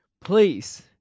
please